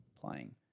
playing